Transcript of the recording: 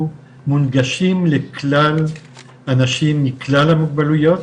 מונגשים לכלל אנשים מכלל המוגבלויות,